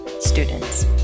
students